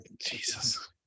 Jesus